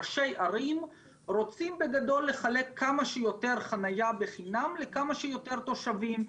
ראשי ערים רוצים בגדול לחלק כמה שיותר חנייה בחינם לכמה שיותר תושבים,